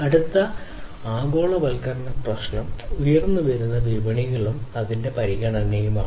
അടുത്തത് ആഗോളവൽക്കരണ പ്രശ്നം ഉയർന്നുവരുന്ന വിപണികളും അതിന്റെ പരിഗണനയുമാണ്